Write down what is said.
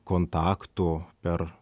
kontaktų per